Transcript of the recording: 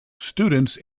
students